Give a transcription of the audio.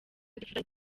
featuring